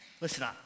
listen